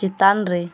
ᱪᱮᱛᱟᱱ ᱨᱮ